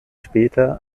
später